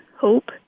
hope